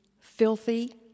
filthy